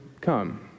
come